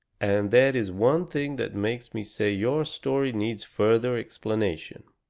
and that is one thing that makes me say your story needs further explanation.